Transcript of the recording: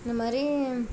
இந்த மாதிரி